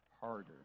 harder